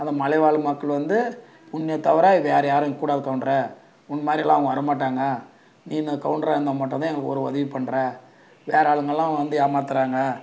அந்த மலைவாழ் மக்கள் வந்து உன்னை தவிர வேற யாரும் இருக்கக்கூடாது கவுண்டரே உன்னை மாதிரியெல்லாம் அவங்க வரமாட்டாங்க நீங்கள் கவுண்டராக இருந்தால் மட்டும்தான் எங்களுக்கு ஒரு உதவி பண்ணுற வேற ஆளுங்கெல்லாம் வந்து ஏமாத்துகிறாங்க